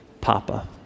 Papa